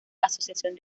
asociación